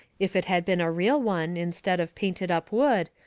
if it had been a real one, instead of painted-up wood,